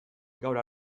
gaur